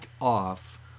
off